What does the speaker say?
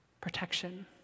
protection